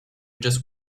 just